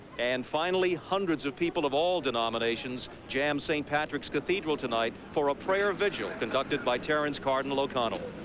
and finally, hundreds of people of all denominations jam st. patrick's cathedral tonight for a prayer vigil conducted by terrence cardinal o'connell.